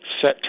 set